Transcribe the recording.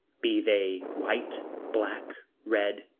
be they white, black, red,